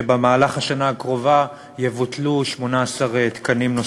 שבמהלך השנה הקרובה יבוטלו 18 תקנים.